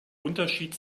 unterschied